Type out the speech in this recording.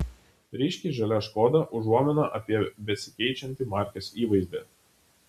ryškiai žalia škoda užuomina apie besikeičiantį markės įvaizdį